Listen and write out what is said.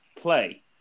play